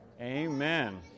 Amen